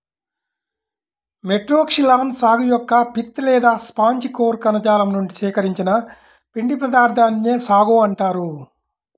Metroxylon సాగు యొక్క pith లేదా స్పాంజి కోర్ కణజాలం నుండి సేకరించిన పిండి పదార్థాన్నే సాగో అంటారు